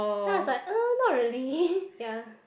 then I was like uh not really ya